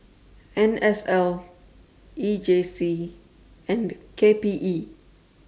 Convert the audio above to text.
N S L E J C and K P E